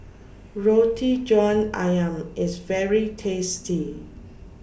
Roti John Ayam IS very tasty